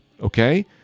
okay